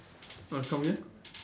uh come again